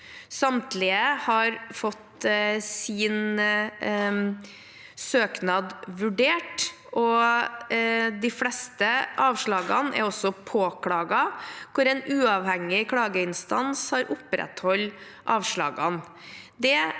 Samtlige har fått sin søknad vurdert. De fleste avslagene er også påklaget, og en uavhengig klageinstans har opprettholdt avslagene.